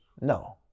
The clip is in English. No